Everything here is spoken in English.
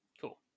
Cool